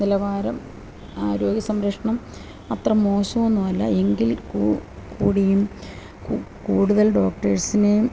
നിലവാരം ആരോഗ്യ സംരക്ഷണം അത്ര മോശം ഒന്നും അല്ല എങ്കിൽ കൂടിയും കൂടുതൽ ഡോക്ടേർസിനേയും